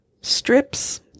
strips